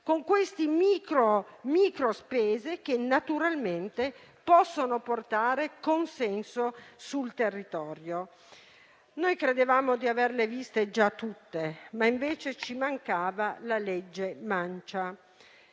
con queste micro spese, che naturalmente possono portare consenso sul territorio. Noi credevamo di averle viste già tutte, invece ci mancava la legge mancia.